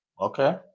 Okay